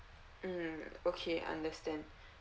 mm okay understand